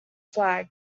flag